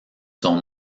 son